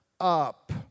up